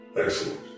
Excellent